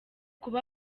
kuba